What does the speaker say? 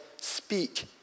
speak